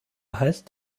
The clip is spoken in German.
heißt